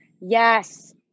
Yes